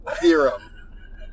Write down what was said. Theorem